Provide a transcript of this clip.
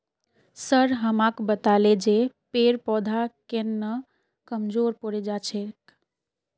sir हमाक बताले जे पेड़ पौधा केन न कमजोर पोरे जा छेक